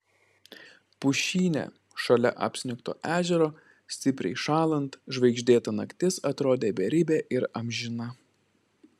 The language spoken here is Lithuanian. pušyne šalia apsnigto ežero stipriai šąlant žvaigždėta naktis atrodė beribė ir amžina